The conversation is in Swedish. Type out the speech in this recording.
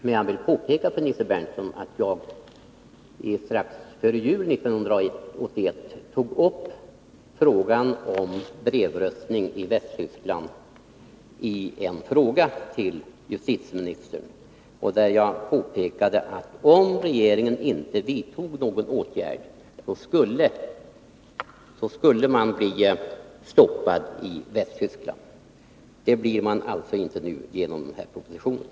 Men jag vill påpeka för Nils Berndtson att jag strax före jul 1981 tog upp frågan om brevröstning i Västtyskland i en fråga till justitieministern, där jag gjorde klart att om regeringen inte vidtog någon åtgärd skulle man bli stoppad i Västtyskland. Det blir man alltså inte nu, genom den här propositionen.